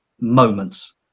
moments